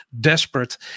desperate